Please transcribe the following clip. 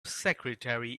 secretary